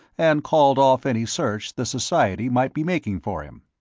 and called off any search the society might be making for him.